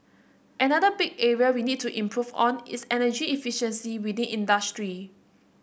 another big area we need to improve on is energy efficiency within industry